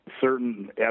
certain